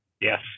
Yes